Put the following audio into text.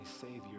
Savior